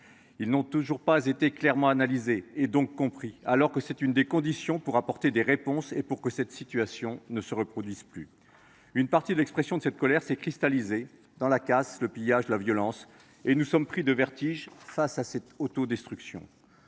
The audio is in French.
Ils n’ont toujours pas été clairement analysés, donc compris, alors que c’est l’une des conditions pour apporter des réponses et éviter qu’une telle situation ne se reproduise. Une partie de l’expression de cette colère s’est cristallisée dans la casse, le pillage, la violence. Nous sommes pris de vertige face à cette autodestruction.